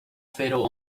fatal